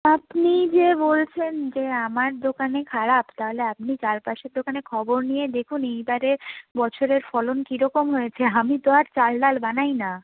আপনি যে বলছেন যে আমার দোকানে খারাপ তাহলে আপনি চারপাশের দোকানে খবর নিয়ে দেখুন এইবারে বছরের ফলন কী রকম হয়েছে আমি তো আর চাল ডাল বানাই না